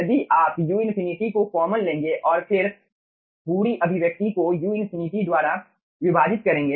यदि आप u∞ को कॉमन लेंगे और फिर पूरी अभिव्यक्ति को u∞ द्वारा विभाजित करेंगे